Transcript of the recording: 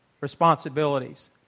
responsibilities